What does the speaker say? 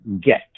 get